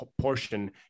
portion